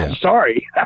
sorry